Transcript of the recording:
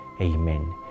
Amen